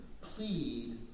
plead